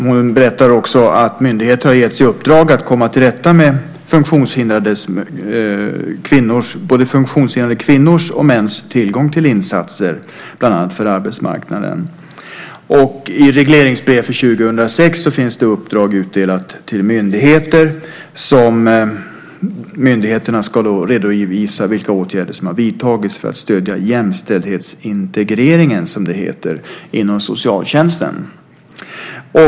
Hon säger också att myndigheter getts i uppdrag att komma till rätta med både funktionshindrade kvinnors och mäns tillgång till insatser, bland annat på arbetsmarknaden. I regleringsbrevet för 2006 finns uppdrag utdelat till myndigheter. Myndigheterna ska redovisa vilka åtgärder som vidtagits för att stödja, som det heter, jämställdhetsintegreringen inom socialtjänsten.